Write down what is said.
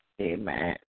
Amen